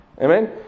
Amen